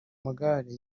magare